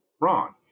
wrong